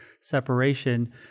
separation